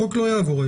החוק לא יעבור היום.